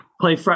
Play